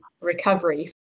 recovery